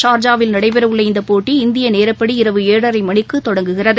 சார்ஜாவில் நடைபெறவுள்ள இந்தபோட்டி இந்தியநேரப்படி இரவு ஏழரைமணிக்குதொடங்குகிறது